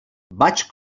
vaig